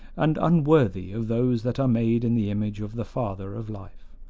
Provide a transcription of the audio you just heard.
and unworthy of those that are made in the image of the father of life.